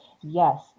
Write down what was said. Yes